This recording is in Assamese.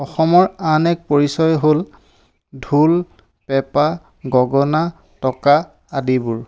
অসমৰ আন এক পৰিচয় হ'ল ঢোল পেঁপা গগনা টকা আদিবোৰ